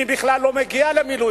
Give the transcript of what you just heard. מי בכלל לא במילואים.